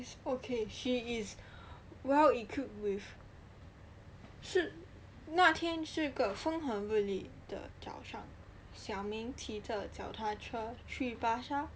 it's okay she is well equiped with 那天是个风和日丽的早上小明骑着脚踏车去巴刹:na shi ge feng he ri li de zao shang xiao ming qi zhe jiao ta che qu ba sha